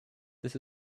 this